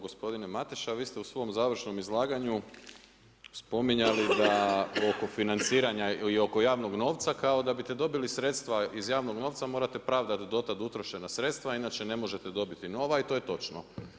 Gospodine Mateša, vi ste u svom završnom izlaganju spominjali da oko financiranja i oko javnog novca kao da bi te dobili sredstva iz javnog novca morate pravdati do tada utrošena sredstva inače ne možete dobiti nova i to je točno.